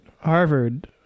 Harvard